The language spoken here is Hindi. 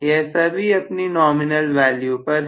यह सभी अपनी नॉमिनल वैल्यू पर है